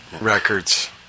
Records